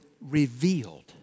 revealed